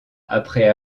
après